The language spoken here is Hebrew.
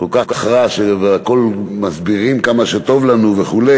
כל כך רע והכול מסבירים כמה שטוב לנו וכו'.